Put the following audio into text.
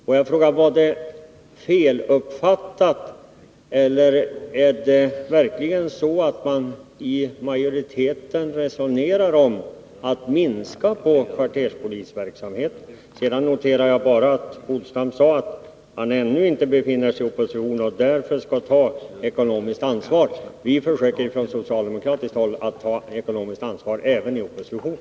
Får jag fråga: Var det fel uppfattat, eller är det verkligen så att man inom majoriteten resonerar om att minska på kvarterspolisverksamheten? Sedan noterade jag bara att Åke Polstam sade att han ännu inte befinner sig i opposition och att han därför skall ta ekonomiskt ansvar. Vi försöker från socialdemokratiskt håll att ta ekonomiskt ansvar även i opposition.